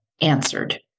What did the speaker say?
answered